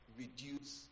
reduce